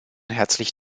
herzlich